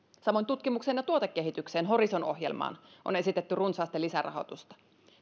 samoin tutkimukseen ja tuotekehitykseen horizon ohjelmaan on esitetty runsaasti lisärahoitusta